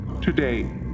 Today